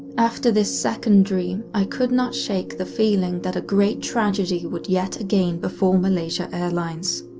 after this second dream, i could not shake the feeling that a great tragedy would yet again befall malaysia airlines.